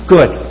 Good